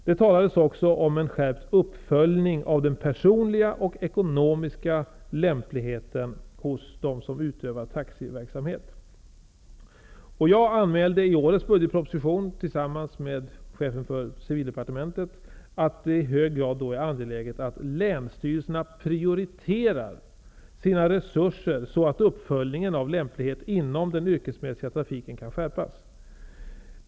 Det talades också om en skärpt uppföljning av den personliga och ekonomiska lämpligheten hos dem som utövar taxiverksamhet. Jag anmälde i årets budgetproposition, tillsammans med chefen för Civildepartementet, att det är i hög grad angeläget att länsstyrelserna prioriterar sina resurser så att uppföljningen av lämplighet inom den yrkesmässiga trafiken kan skärpas.